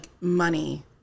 money